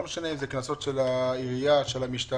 לא משנה אם זה של העירייה, של המשטרה.